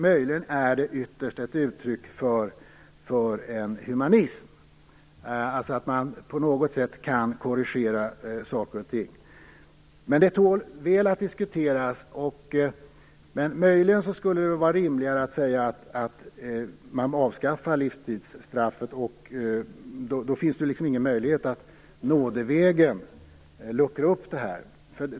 Möjligen är det ytterst ett uttryck för en humanism, dvs. att man på något sätt kan korrigera saker och ting. Men det tål väl att diskuteras. Möjligen skulle det vara rimligare att avskaffa livstidsstraffet. Då finns det ingen möjlighet att nådevägen luckra upp det här.